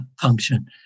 function